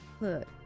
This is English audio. Look